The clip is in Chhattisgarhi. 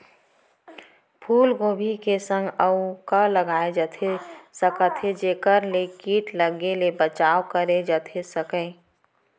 फूलगोभी के संग अऊ का लगाए जाथे सकत हे जेखर ले किट लगे ले बचाव करे जाथे सकय?